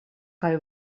kaj